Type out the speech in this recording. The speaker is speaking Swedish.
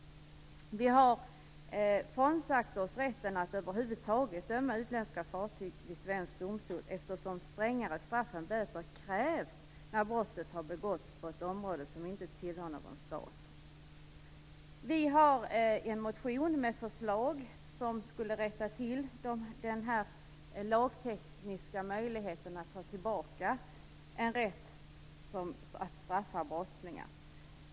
Vi har frånsagt oss rätten att över huvud taget döma utländska fartyg vid svensk domstol eftersom det för detta krävs strängare straff än böter när brottet har begåtts i ett område som inte tillhör någon stat. Vi har en motion med förslag för att rätta till det lagtekniska och ta tillbaka rätten att straffa brottslingar.